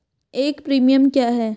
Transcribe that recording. एक प्रीमियम क्या है?